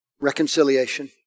Reconciliation